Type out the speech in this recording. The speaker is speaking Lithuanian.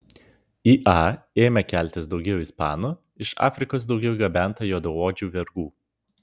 į a ėmė keltis daugiau ispanų iš afrikos daugiau gabenta juodaodžių vergų